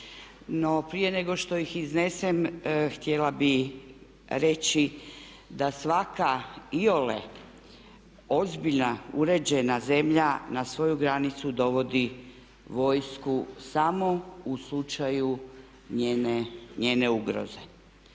prije nego što ih iznesem htjela bih reći da svaka iole ozbiljna uređena zemlja na svoju granicu dovodi vojsku samo u slučaju njene ugroze.